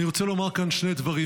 אני רוצה לומר כאן שני דברים.